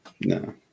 No